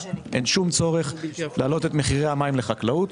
אין צורך להעלות את מחירי המים לחקלאות.